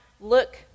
look